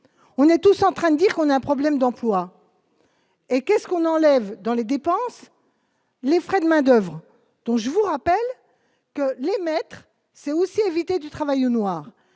on est tous en train dire qu'on a un problème d'emploi. Et qu'est-ce qu'on enlève dans les dépenses. Les frais de main-d'oeuvre dont je vous rappelle que les maîtres c'est aussi invité du travail au noir,